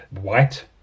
white